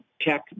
Tech